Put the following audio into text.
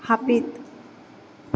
ᱦᱟᱹᱯᱤᱫ